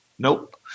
Nope